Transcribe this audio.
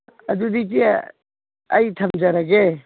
ꯑꯗꯨꯗꯤ ꯏꯆꯦ ꯑꯩ ꯊꯝꯖꯔꯒꯦ